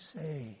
say